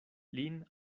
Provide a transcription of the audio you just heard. lin